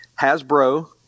hasbro